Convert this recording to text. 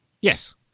Yes